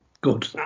Good